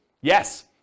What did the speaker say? Yes